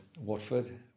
Watford